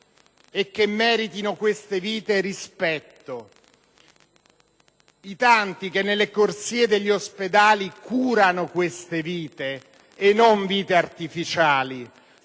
e che meritino rispetto. I tanti che nelle corsie degli ospedali curano queste vite (e non vite artificiali),